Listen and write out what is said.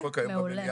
מעולה.